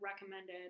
recommended